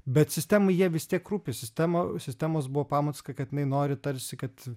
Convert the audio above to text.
bet sistemai jie vis tiek rūpi sistema sistemos buvo pamatas kad kad jinai nori tarsi kad